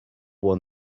won